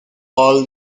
all